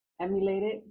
emulated